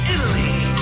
Italy